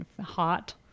hot